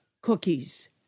Cookies